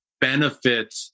benefit